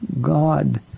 God